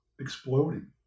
exploding